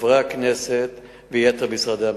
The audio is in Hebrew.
חברי הכנסת ויתר משרדי הממשלה.